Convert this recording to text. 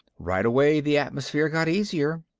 right away the atmosphere got easier.